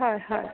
হয় হয়